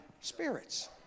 spirits